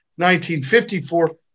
1954